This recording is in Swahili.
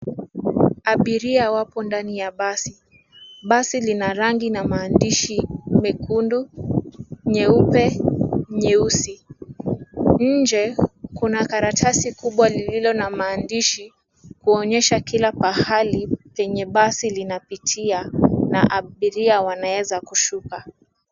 Abiria wapo ndani ya basi. Basi lina rangi na maandishi mekundu, nyeupe, nyeusi. Nje kuna karatasi kubwa lililo na maandishi kuonyesha kila pahali penye basi linapitia na abiria wanaweza kushuka.